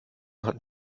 hatten